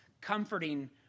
comforting